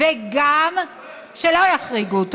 שלא יחריגו.